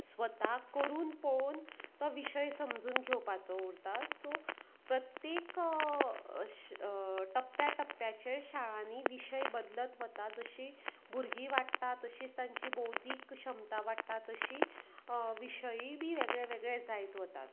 स्वता करून पळोवन तो विशय समजून घेवपाचो उरता सो प्रत्येक टप्प्या टप्प्याचेर शाळांनी विशय बदलत वतात जशीं भुरगीं वाडटात तशीच तांची बौध्दीक क्षमता वाडटा तशी विशयूय बीन वेगळे वेगळे जायत वतात